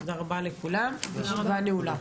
תודה רבה לכולם, הישיבה נעולה.